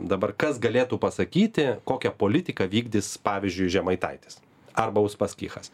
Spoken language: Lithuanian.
dabar kas galėtų pasakyti kokią politiką vykdys pavyzdžiui žemaitaitis arba uspaskichas